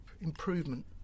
Improvement